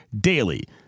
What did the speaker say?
DAILY